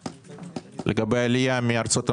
לגבי העלייה מארצות המערב?